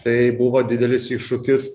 tai buvo didelis iššūkis